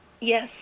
Yes